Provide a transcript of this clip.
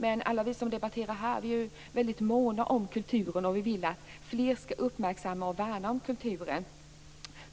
Men alla vi som debatterar här är måna om kulturen, och vi vill att fler skall uppmärksamma och värna kulturen.